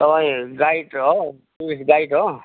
guide हो tourist guide हो